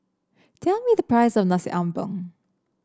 tell me the price of Nasi Ambeng